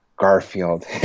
Garfield